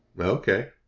Okay